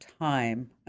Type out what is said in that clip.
time